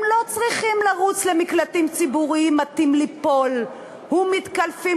הם לא צריכים לרוץ למקלטים ציבוריים מטים לנפול ומתקלפים,